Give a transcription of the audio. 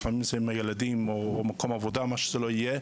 לפעמים זה הילדים או מקום העבודה או מה שזה לא יהיה,